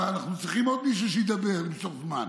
אנחנו צריכים עוד מישהו שידבר וימשוך זמן.